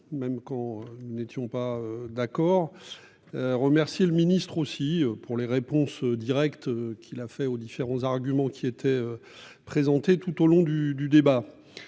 même quand nous n'étions pas d'accord. Remercié le ministre aussi pour les réponses directes qui l'a fait aux différents arguments qui étaient. Présentés tout au long du du débat.